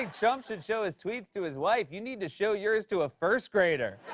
think trump should show his tweets to his wife? you need to show yours to a first grader.